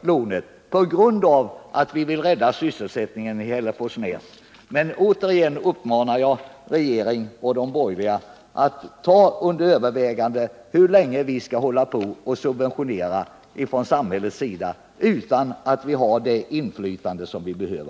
lånet, på grund av att vi vill rädda sysselsättningen i Hälleforsnäs. Men återigen uppmanar jag regeringen och de borgerliga ledamöterna att ta under övervägande hur länge vi från samhällets sida skall hålla på att subventionera utan att ha det inflytande som vi behöver.